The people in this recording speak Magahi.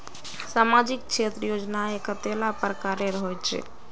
सामाजिक क्षेत्र योजनाएँ कतेला प्रकारेर होचे?